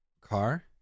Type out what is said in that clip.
car